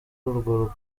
urwo